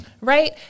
Right